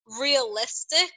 Realistic